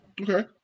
Okay